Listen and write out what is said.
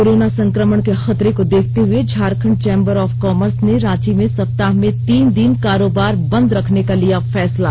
corona संकमण के खतरे को देखते हुए झारखंड चैंबर ऑफ कॉमर्स ने रांची में सप्ताह में तीन दिन कारोबार बंद रखने का लिया फैसला